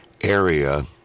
area